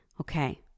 okay